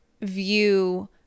view